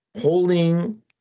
holding